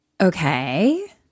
Okay